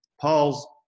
Paul's